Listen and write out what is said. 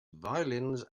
violins